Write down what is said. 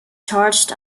charged